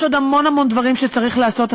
יש עוד המון המון דברים שצריך לעשות,